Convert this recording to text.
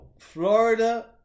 Florida